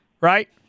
right